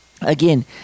Again